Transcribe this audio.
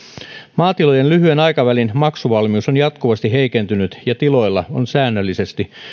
maatilojen lyhyen aikavälin maksuvalmius on jatkuvasti heikentynyt ja tiloilla on säännöllisesti